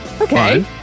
Okay